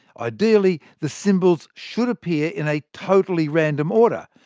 ideally, the symbols should appear in a totally random order.